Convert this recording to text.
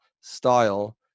style